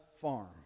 farm